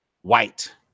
white